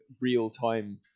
real-time